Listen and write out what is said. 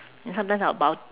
and sometimes I'll b~